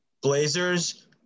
Blazers